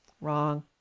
wrong